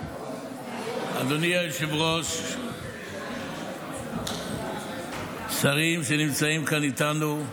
אדוני היושב-ראש, שרים שנמצאים כאן איתנו,